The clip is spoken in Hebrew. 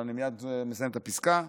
אני מייד מסיים את הפסקה.